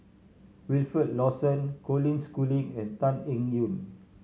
Wilfed Lawson Colin Schooling and Tan Eng Yoon